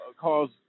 cause